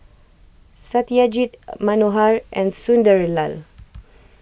Satyajit Manohar and Sunderlal